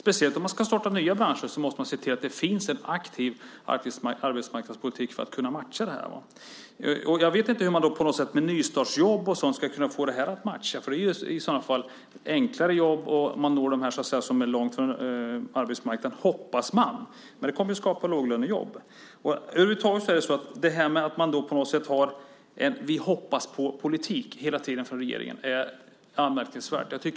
Särskilt om man ska starta nya branscher måste man se till att det finns en aktiv arbetsmarknadspolitik, just för att kunna göra sådana matchningar. Jag vet inte hur man med nystartsjobb och liknande ska kunna få en sådan matchning. I så fall handlar det om enklare jobb. De man då når är de som befinner sig längst från arbetsmarknaden. Det är alltså vad man hoppas. Det i sin tur kommer att skapa låglönejobb. Över huvud taget är den vi-hoppas-politik som regeringen hela tiden talar om anmärkningsvärd.